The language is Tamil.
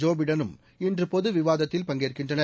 ஜோ பிடனும் இன்று பொது விவாதத்தில் பங்கேற்கின்றனர்